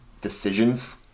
decisions